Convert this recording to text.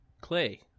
Clay